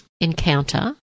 encounter